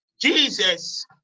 Jesus